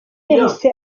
yahise